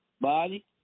Body